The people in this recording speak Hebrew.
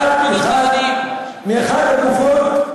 עוד רגע הוא יגיד שהוא הלך לחלק פירות.